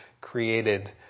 created